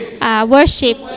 Worship